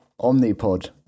Omnipod